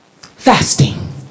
Fasting